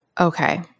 Okay